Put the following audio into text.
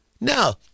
No